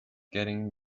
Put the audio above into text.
getting